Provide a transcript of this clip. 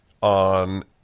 on